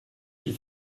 die